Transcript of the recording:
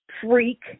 freak